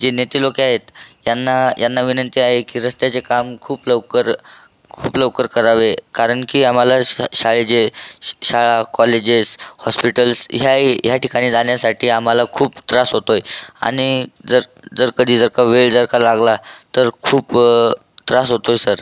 जे नेते लोकं आहेत यांना यांना विनंती आहे की रस्त्याचे काम खूप लवकर खूप लवकर करावे कारण की आम्हाला श् शाळेजे शाळा कॉलेजेस् हॉस्पिटल्स ह्याही ह्या ठिकाणी जाण्यासाठी आम्हाला खूप त्रास होतो आहे आणि जर जर कधी जर का वेळ जर का लागला तर खूप त्रास होतोय सर